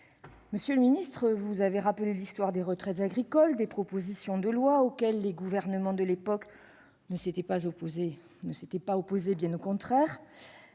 Monsieur le secrétaire d'État, vous avez rappelé l'histoire des retraites agricoles et des propositions de loi, auxquelles les gouvernements de l'époque ne s'étaient pas opposés, bien au contraire.